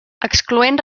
excloent